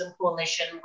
Coalition